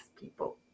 people